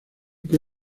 que